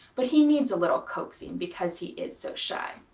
but he needs a little coaxing because he is so shy.